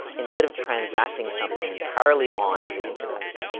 instead of transacting something entirely on the internet,